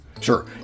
Sure